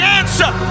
answer